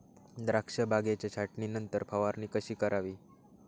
द्राक्ष बागेच्या छाटणीनंतर फवारणी कशी करावी?